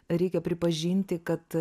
reikia pripažinti kad